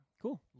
Cool